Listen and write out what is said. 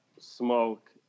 smoke